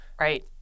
Right